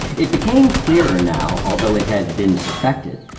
it became clearer now, although it had been suspected,